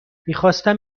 میخواستم